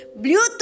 Bluetooth